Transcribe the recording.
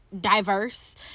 diverse